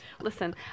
Listen